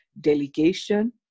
delegation